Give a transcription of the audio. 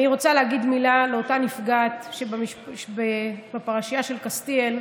אני רוצה להגיד מילה על אותה נפגעת בפרשייה של קסטיאל.